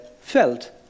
felt